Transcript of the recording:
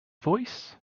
voice